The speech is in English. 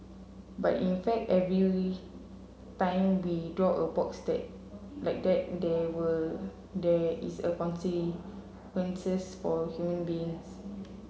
but in fact every time we draw a box that like that there there is a consequences for human beings